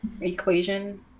equation